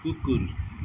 कुकुर